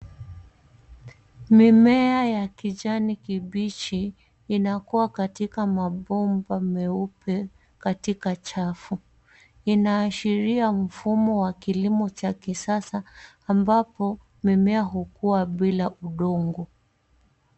Mimea ya kijani kibichi inakua kataka mabomba meupe katika chafu. Inaashiria mfumo wa kilimo cha kisasa ambapo mimea hukua bila udongo.